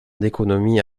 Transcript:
d’économies